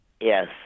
Yes